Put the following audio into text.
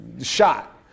shot